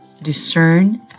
discern